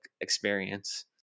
experience